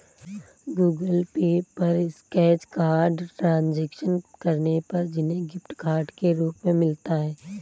Google Pay पर scratch card transaction करने पर उन्हें गिफ्ट कार्ड के रूप में मिलता है